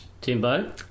timbo